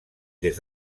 des